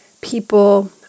People